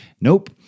Nope